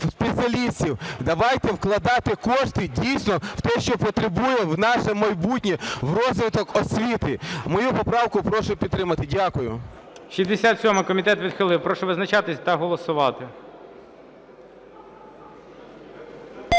спеціалістів. Давайте вкладати кошти, дійсно, в те, що потребує: в наше майбутнє, в розвиток освіти. Мою поправку прошу підтримати. Дякую. ГОЛОВУЮЧИЙ. 67-а. Комітет відхилив. Прошу визначатись та голосувати.